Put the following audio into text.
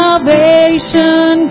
Salvation